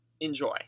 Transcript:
Enjoy